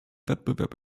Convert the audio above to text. wettbewerb